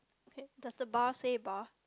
okay does the bar say bar